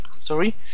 sorry